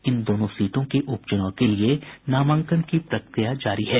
इन दोनों सीटों के उपचुनाव के लिए नामांकन की प्रक्रिया जारी है